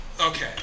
Okay